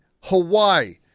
Hawaii